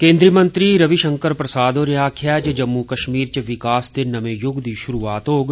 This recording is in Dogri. केन्द्रीय मंत्री रविशंकर प्रसाद होरें आक्खेया जे जम्मू कश्मीर च विकास दे नमें यूग दी शुरुआत होग